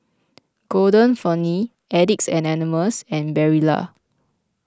Golden Peony Addicts Anonymous and Barilla